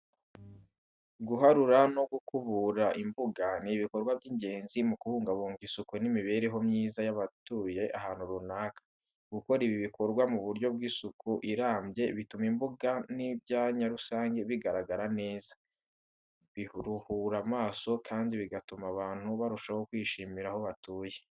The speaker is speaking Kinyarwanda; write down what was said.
Guharura no gukubura imbuga ni ibikorwa by’ingenzi mu kubungabunga isuku n’imibereho myiza y’abatuye ahantu runaka. Gukora ibi bikorwa mu buryo bw’isuku irambye bituma imbuga n’ibyanya rusange bigaragara neza, biruhura amaso kandi bigatuma abantu barushaho kwishimira aho batuye.